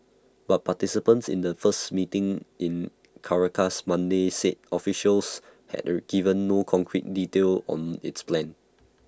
but participants in A first meeting in Caracas Monday said officials had A given no concrete detail on its plan